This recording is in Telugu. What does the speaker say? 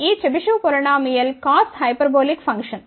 ఈ Chebyshev polynomial cos hyperbolic function